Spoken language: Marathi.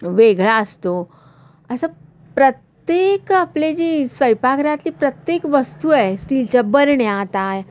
वेगळा असतो असं प्रत्येक आपले जे स्वैपाकघरातली प्रत्येक वस्तू आहे स्टीलच्या बरण्या आता आहे